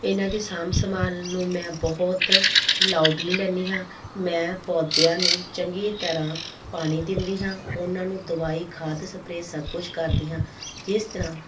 ਇਹਨਾਂ ਦੀ ਸਾਂਭ ਸੰਭਾਲ ਨੂੰ ਮੈਂ ਬਹੁਤ ਲਾਊਡਲੀ ਲੈਂਦੀ ਹਾਂ ਮੈਂ ਪੌਦਿਆਂ ਨੂੰ ਚੰਗੀ ਤਰ੍ਹਾਂ ਪਾਣੀ ਦਿੰਦੀ ਹਾਂ ਉਹਨਾਂ ਨੂੰ ਦਵਾਈ ਖਾਦ ਸਪਰੇ ਸਭ ਕੁਛ ਕਰਦੀ ਹਾਂ ਜਿਸ ਤਰ੍ਹਾਂ